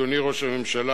אדוני ראש הממשלה,